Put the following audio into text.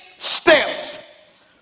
Steps